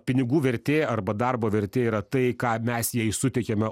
pinigų vertė arba darbo vertė yra tai ką mes jai suteikiame